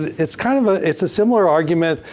it's kind of ah it's a similar argument,